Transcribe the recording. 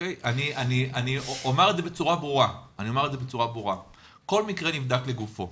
אני אומר את זה בצורה ברורה, כל מקרה נבדק לגופו.